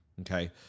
Okay